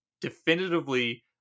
definitively